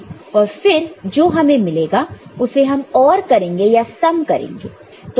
और फिर जो हमें मिलेगा उसे हम OR करेंगे या सम करेंगे